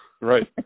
Right